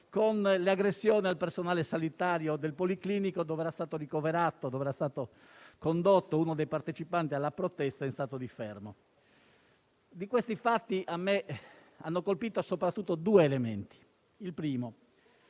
con le aggressioni al personale sanitario del Policlinico, dove era stato condotto uno dei partecipanti alla protesta in stato di fermo. Di questi fatti mi hanno colpito soprattutto due elementi. Il primo